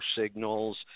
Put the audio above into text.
signals